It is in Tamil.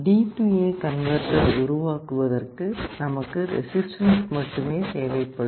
DA கன்வெர்ட்டர் உருவாக்குவதற்கு நமக்கு ரெசிஸ்டன்ஸ் மட்டுமே தேவைப்படும்